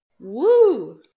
Woo